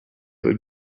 would